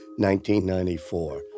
1994